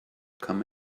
come